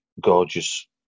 gorgeous